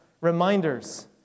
reminders